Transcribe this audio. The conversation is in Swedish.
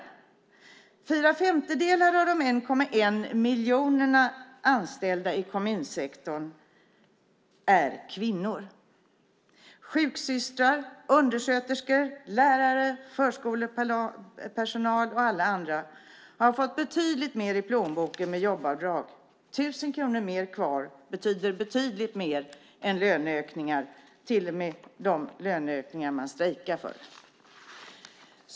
Fyra femtedelar av de 1,1 miljonerna anställda i kommunsektorn är kvinnor. Sjuksystrar, undersköterskor, lärare, förskolepersonal och alla andra har fått betydligt mer i plånboken med jobbavdrag. Tusen kronor mer kvar betyder betydligt mer än löneökningar, till och med de löneökningar de strejkar för.